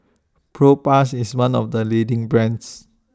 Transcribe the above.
Propass IS one of The leading brands